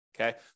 Okay